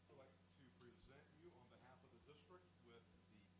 to present you on behalf of the district with the